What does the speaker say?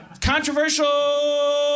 controversial